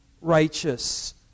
righteous